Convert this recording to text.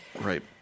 Right